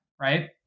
Right